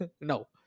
no